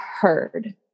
heard